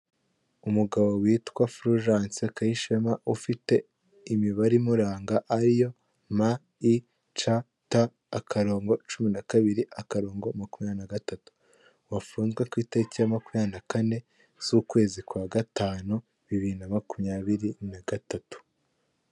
Umugabo witwa Fulgence Kayishema ufite imibare imuranga ariyo ma i ca ta akarongo cumi na kabiri akarongo makumyabiri na gatatu wafunzwe ku itariki ya makumya na kane z'ukwezi kwa gatanu bibiri na makumyabiri na gatatu.